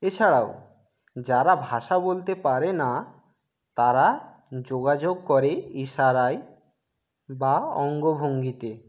এছাড়াও যারা ভাষা বলতে পারে না তারা যোগাযোগ করে ইশারায় বা অঙ্গভঙ্গিতে